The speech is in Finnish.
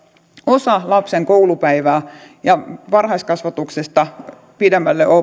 osa lapsen koulupäivää ja varhaiskasvatuksesta pidemmälle